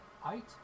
Height